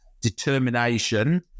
determination